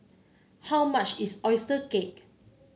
how much is oyster cake